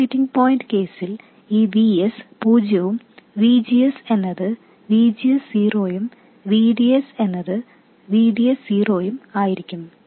operating point കേസിൽ ഈ Vs പൂജ്യവും VGS എന്നത് VGS 0 ഉം VDS എന്നത് V DS 0 ഉം ആയിരിക്കും